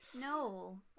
no